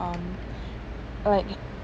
like